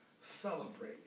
celebrate